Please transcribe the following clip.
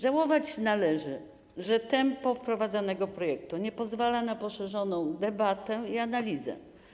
Żałować należy, że tempo wprowadzanego projektu nie pozwala na poszerzoną debatę i analizę.